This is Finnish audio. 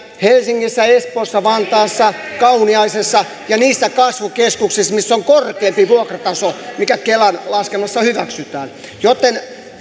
helsingissä espoossa vantaalla kauniaisissa ja niissä kasvukeskuksissa missä on korkeampi vuokrataso mikä kelan laskelmassa hyväksytään joten